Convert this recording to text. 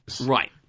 Right